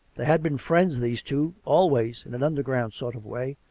they had been friends, these two, always, in an underground sort of way,